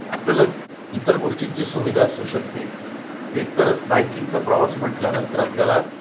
आपल्याला इतर गोष्टींची सुविधा असू शकते एकतर बायकिंगचा प्रवास म्हटल्यानंतर आपल्याला